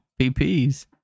PPs